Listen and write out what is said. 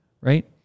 Right